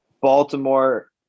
baltimore